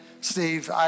Steve